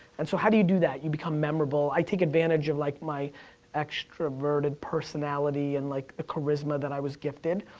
and so how do you do that? you become memorable. i take advantage of like, my extroverted personality, and like, the charisma that i was gifted,